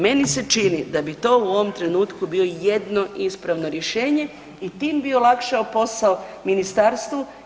Meni se čini da bi to u ovom trenutku bio jedino ispravno rješenje i tim bi olakšao posao ministarstvu.